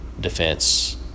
defense